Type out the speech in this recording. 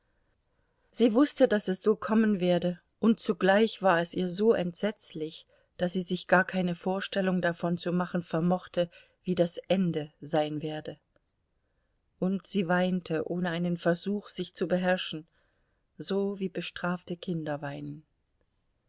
sie wußte daß es so kommen werde und zugleich war es ihr so entsetzlich daß sie sich gar keine vorstellung davon zu machen vermochte wie das ende sein werde und sie weinte ohne einen versuch sich zu beherrschen so wie bestrafte kinder weinen